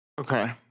Okay